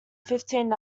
fifteen